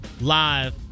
live